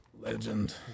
Legend